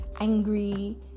angry